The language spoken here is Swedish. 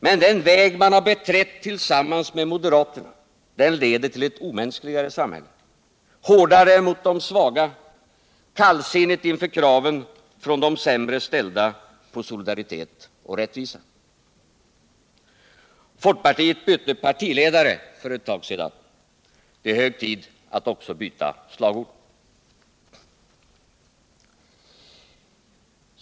Men den väg man beträtt tillsammans med moderaterna leder till ett omänskligare samhälle, hårdare mot de svaga, kallsinnigt inför kraven från de sämre ställda på solidaritet och rättvisa. Folkpartiet bytte partiledare för ett tag sedan. Det är hög tid att också byta slagord.